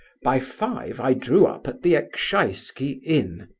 by five i drew up at the ekshaisky inn.